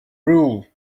rule